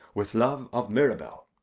with love of mirabell.